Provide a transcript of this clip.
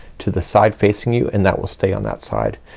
to the side facing you and that will stay on that side.